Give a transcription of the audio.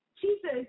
Jesus